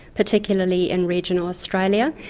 particularly in regional australia.